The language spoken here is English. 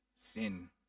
sin